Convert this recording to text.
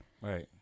Right